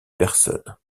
personne